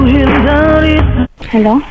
Hello